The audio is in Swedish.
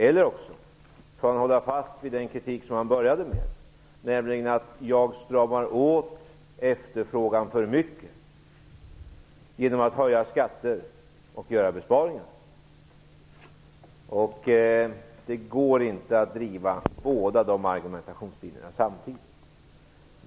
Eller också får han hålla fast vid den kritik som han började med, nämligen att jag stramar åt efterfrågan för mycket, genom att höja skatter och göra besparingar. Det går inte att driva båda de argumentationslinjerna samtidigt.